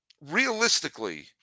realistically